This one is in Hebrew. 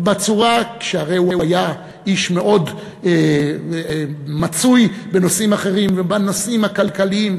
שהרי הוא היה איש מאוד מצוי בנושאים אחרים ובנושאים הכלכליים,